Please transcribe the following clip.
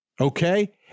okay